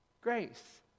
grace